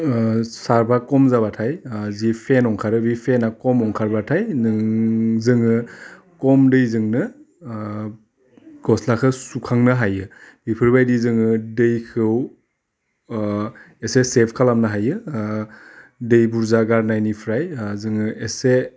ओह सार्फआ खम जाबाथाय ओह जि फेन अंखारो बे फेनआ खम अंखारबाथाय नों जोङो खम दैजोंनो ओह गस्लाखो सुखांनो हायो बेफोर बायदि जोङो दैखौ अह एसे सेभ खालामनो हायो ओह दै बुरजा गारनायनिफ्राय ओह जोङो एसे